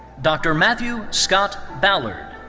dr. matthew scott ballard.